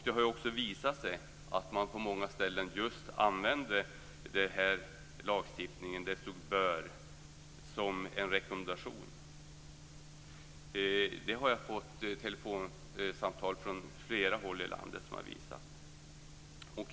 Det har också visat sig att man på många ställen just använde den här lagstiftningen, där det stod "bör", som en rekommendation. Det har jag fått telefonsamtal från flera håll i landet som har visat.